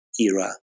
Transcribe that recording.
Era